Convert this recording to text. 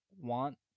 want